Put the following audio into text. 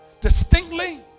distinctly